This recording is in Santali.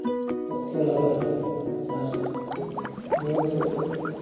ᱚᱠᱛᱚ ᱞᱟᱜᱟᱜᱼᱟ ᱟᱨ ᱱᱚᱣᱟᱠᱚ